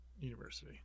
university